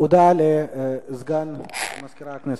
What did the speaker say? הודעה לסגן מזכירת הכנסת.